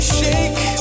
shake